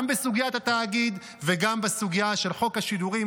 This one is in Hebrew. גם בסוגית התאגיד וגם בסוגיה של חוק השידורים,